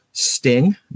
Sting